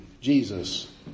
Jesus